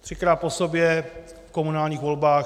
Třikrát po sobě v komunálních volbách.